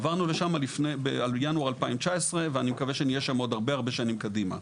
עברנו בינואר 2019 ואני מקווה שנהיה שם עוד הרבה שנים קדימה.